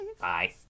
Bye